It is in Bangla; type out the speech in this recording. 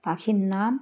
পাখির নাম